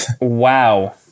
Wow